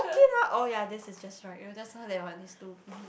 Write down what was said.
okay lah oh ya this is just right your just now that one is too